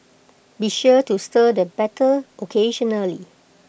be sure to stir the batter occasionally